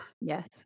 Yes